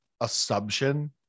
assumption